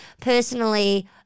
Personally